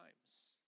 times